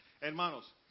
Hermanos